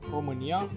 România